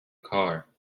car